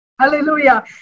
Hallelujah